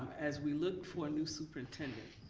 as we look for a new superintendent,